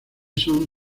son